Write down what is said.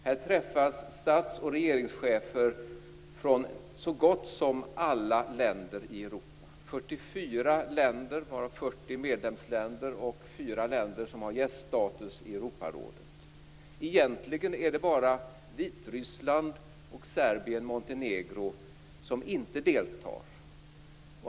Här träffas stats och regeringschefer från så gott som alla länder i Europa - 44 länder, varav 40 medlemsländer och 4 länder som har gäststatus i Europarådet. Egentligen är det bara Vitryssland och Serbien-Montenegro som inte deltar.